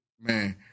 Man